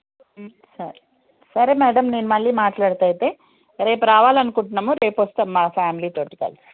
సరే సరే మ్యాడమ్ నేను మళ్ళీ మాట్లాడతాను అయితే రేపు రావాలి అనుకుంటున్నాము రేపు వస్తాం మా ఫ్యామిలీతో కలిసి